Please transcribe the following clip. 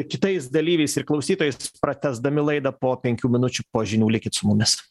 kitais dalyviais ir klausytojais pratęsdami laidą po penkių minučių po žinių likit su mumis